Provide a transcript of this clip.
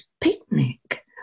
picnic